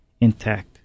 intact